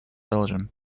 belgium